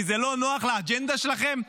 כי זה לא נוח לאג'נדה שלכם?